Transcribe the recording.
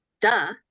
duh